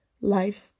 life